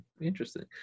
interesting